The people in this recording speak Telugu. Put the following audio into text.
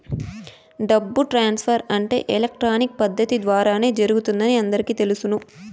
డబ్బు ట్రాన్స్ఫర్ అంటే ఎలక్ట్రానిక్ పద్దతి ద్వారానే జరుగుతుందని అందరికీ తెలుసును